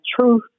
truth